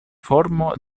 formo